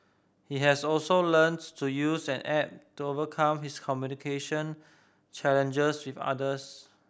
he has also learnts to use an app to overcome his communication challenges with others